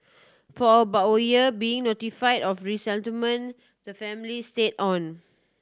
for about a year being notify of resettlement the family stayed on